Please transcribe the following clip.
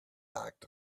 act